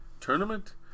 Tournament